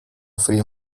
free